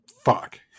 Fuck